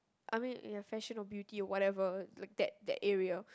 I mean ya fashion or beauty whatever like that that area